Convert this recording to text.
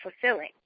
fulfilling